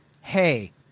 hey